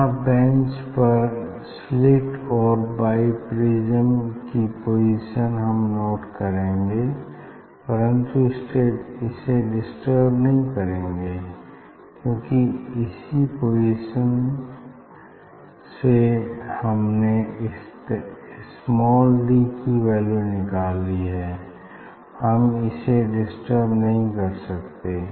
यहाँ बेंच पर स्लिट और बाई प्रिज्म की पोजीशन हम नोट करेंगे परन्तु इसे डिस्टर्ब नहीं करेंगे क्यूंकि इसी पोजीशन से हमने स्माल डी की वैल्यू निकाली है हम इसे डिस्टर्ब नहीं कर सकते